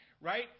right